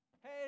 Hey